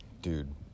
dude